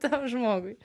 tam žmogui